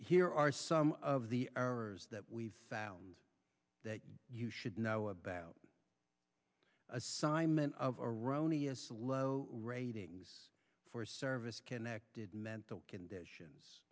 here are some of the are that we've found that you should know about assignment of erroneous low ratings for service connected mental conditions